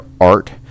art